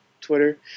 Twitter